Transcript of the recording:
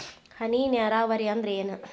ಹನಿ ನೇರಾವರಿ ಅಂದ್ರ ಏನ್?